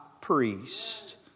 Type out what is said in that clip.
priest